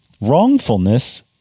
wrongfulness